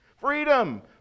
freedom